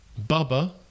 Bubba